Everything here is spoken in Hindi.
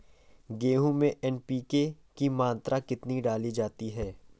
गेहूँ में एन.पी.के की मात्रा कितनी डाली जाती है?